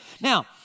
Now